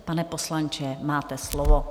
Pane poslanče, máte slovo.